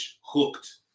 hooked